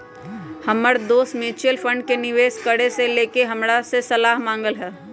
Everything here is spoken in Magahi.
हमर दोस म्यूच्यूअल फंड में निवेश करे से लेके हमरा से सलाह मांगलय ह